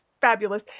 fabulous